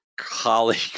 colleague